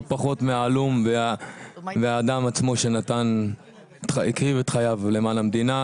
פחות בהלום והאדם עצמו שנתן והקריב את חייו למען המדינה,